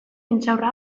intxaurra